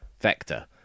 Vector